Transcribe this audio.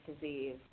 disease